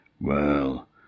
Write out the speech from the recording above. Well